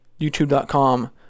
youtube.com